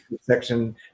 section